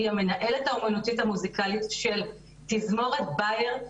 היא המנהלת האמנותית המוזיקלית של תזמורת באייר.